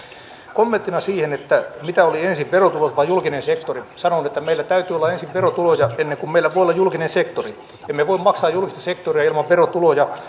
kommenttina siihen mitä oli ensin verotulot vai julkinen sektori meillä täytyy olla ensin verotuloja ennen kuin meillä voi olla julkinen sektori emme voi maksaa julkista sektoria ilman verotuloja